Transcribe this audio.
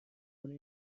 خانه